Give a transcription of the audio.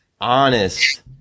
honest